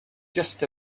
just